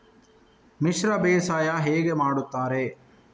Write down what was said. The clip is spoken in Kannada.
ಮಿಶ್ರ ಬೇಸಾಯ ಹೇಗೆ ಮಾಡುತ್ತಾರೆ?